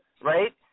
right